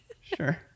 Sure